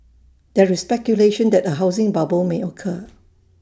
there is speculation that A housing bubble may occur